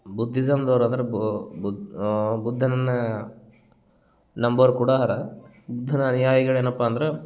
ಬುದ್ಧಿಸಮ್ದೋರು ಆದ್ರ ಬುದ್ಧನನ್ನ ನಂಬೋರು ಕೂಡ ಅರ ಬುದ್ಧನ ಅನುಯಾಯಿಗಳು ಏನಪ್ಪ ಅಂದ್ರೆ